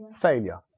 failure